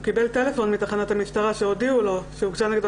הוא קיבל טלפון מתחנת המשטרה שהודיעו לו שהוגשה נגדו